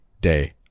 day